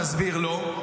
תסביר לו,